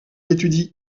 étudie